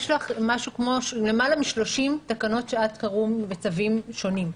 יש לך למעלה מ-30 תקנות שעת חירום וצווים שונים,